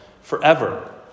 forever